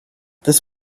this